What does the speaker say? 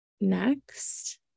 next